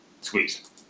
Squeeze